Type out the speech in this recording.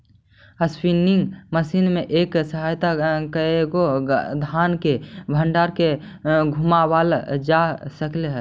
spinning machine में एक साथ कएगो धाग के बंडल के घुमावाल जा सकऽ हई